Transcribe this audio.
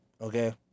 okay